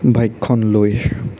বাইকখন লৈ